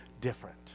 different